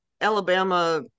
Alabama